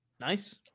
nice